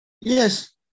yes